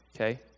Okay